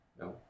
No